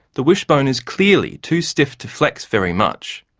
the wishbone is clearly too stiff to flex very much.